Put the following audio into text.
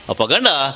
Apaganda